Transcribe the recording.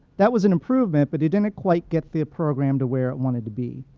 that was an improvement, but it didn't quite get the program to where it wanted to be.